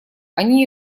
они